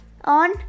on